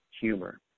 humor